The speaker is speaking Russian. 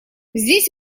здесь